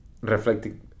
reflecting